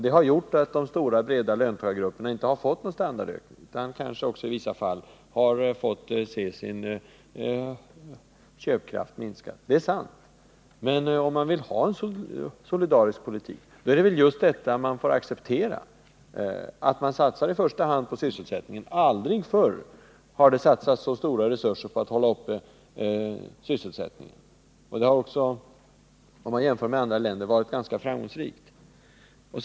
Det har gjort att de stora breda löntagargrupperna inte har fått standardökning utan kanske i vissa fall fått se sin köpkraft minska. Det är sant — men om man vill ha en solidarisk politik är det väl just detta man får acceptera — att vi satsar i första hand på sysselsättningen. Aldrig förr har vi satsat så stora resurser på att hålla uppe sysselsättningen, och de satsningarna har också, om man jämför med andra länder, varit ganska framgångsrika.